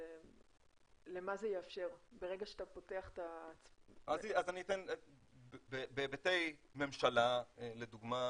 למה זה יאפשר ברגע שאתה פותח את ה- -- בהיבטי ממשלה לדוגמה,